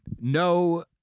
No